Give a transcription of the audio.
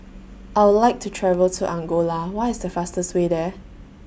I Would like to travel to Angola What IS The fastest Way There